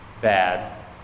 bad